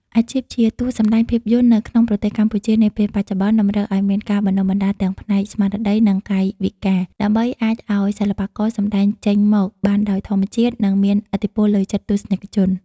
អាជីពជាតួសម្ដែងភាពយន្តនៅក្នុងប្រទេសកម្ពុជានាពេលបច្ចុប្បន្ន តម្រូវឱ្យមានការបណ្ដុះបណ្ដាលទាំងផ្នែកស្មារតី និងកាយវិការ ដើម្បីអាចឱ្យសិល្បករសម្ដែងចេញមកបានដោយធម្មជាតិ និងមានឥទ្ធិពលលើចិត្តទស្សនិកជន។